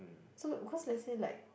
so because let's say like